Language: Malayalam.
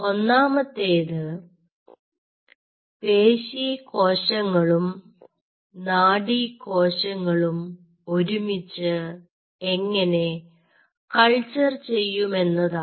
ഒന്നാമത്തേത് പേശികോശങ്ങളും നാഡീകോശങ്ങളും ഒരുമിച്ച് എങ്ങനെ കൾച്ചർ ചെയ്യുമെന്നതാണ്